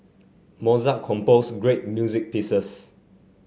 Mozart composed great music pieces